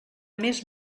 més